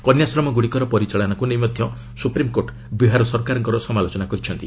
କନ୍ୟାଶ୍ରମଗୁଡ଼ିକର ପରିଚାଳନାକୁ ନେଇ ମଧ୍ୟ ସୁପ୍ରିମକୋର୍ଟ ବିହାର ସରକାରଙ୍କର ସମାଲୋଚନା କରିଛନ୍ତି